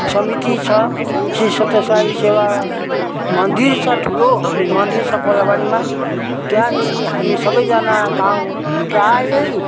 समिति छ श्री सत्य साई सेवा मन्दुर छ ठुलो मन्दिर छ कोलाबारीमा त्यहाँनिर हामी सबैजना गाउँ प्रायै